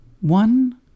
one